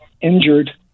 injured